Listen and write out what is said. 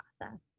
process